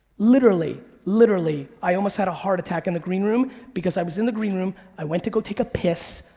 literally, literally, i almost had a heart attack in the greenroom, because i was in the greenroom, i went to go take a piss,